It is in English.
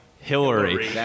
Hillary